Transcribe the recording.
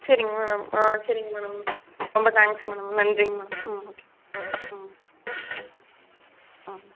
சரிங்க மேடம் ஆ சரிங்க மேடம் ரொம்ப தேங்க்ஸ் மேடம் நன்றிங்க மேடம் ம் ஓகே ம் ம் ம்